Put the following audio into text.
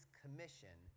commission